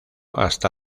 hasta